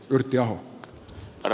jyrki aho ja